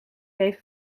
even